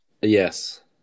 Yes